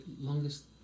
longest